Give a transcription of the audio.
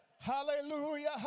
Hallelujah